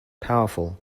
powerful